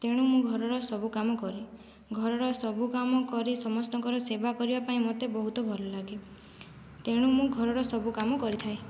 ତେଣୁ ମୁଁ ଘରର ସବୁ କାମ କରେ ଘରର ସବୁ କାମ କରି ସମସ୍ତଙ୍କର ସେବା କରିବା ପାଇଁ ମୋତେ ବହୁତ ଭଲ ଲାଗେ ତେଣୁ ମୁଁ ଘରର ସବୁ କାମ କରିଥାଏ